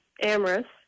Amherst